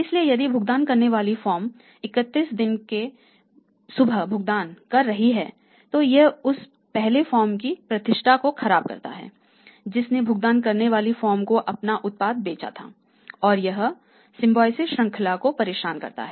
इसलिए यदि भुगतान करने वाली फर्म 31 वें दिन सुबह भुगतान कर रही है तो यह उस पहले फर्म की प्रतिष्ठा को खराब करता है जिसने भुगतान करने वाली फर्म को अपना उत्पाद बेचा था और यह सिम्बायोसिस श्रृंखला को परेशान करता है